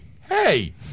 Hey